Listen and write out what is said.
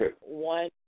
one